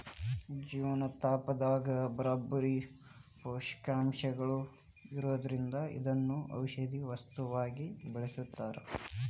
ಜೇನುತುಪ್ಪದಾಗ ಬ್ಯಾರ್ಬ್ಯಾರೇ ಪೋಷಕಾಂಶಗಳು ಇರೋದ್ರಿಂದ ಇದನ್ನ ಔಷದ ವಸ್ತುವಾಗಿ ಬಳಸ್ತಾರ